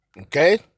Okay